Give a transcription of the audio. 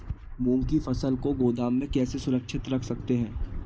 मूंग की फसल को गोदाम में कैसे सुरक्षित रख सकते हैं?